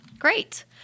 Great